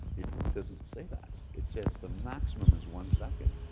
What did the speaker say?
it doesn't say that. it says the maximum is one second.